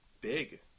big